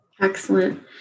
Excellent